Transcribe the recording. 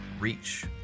Reach